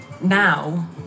now